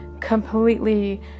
completely